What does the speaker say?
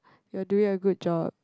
you're doing a good job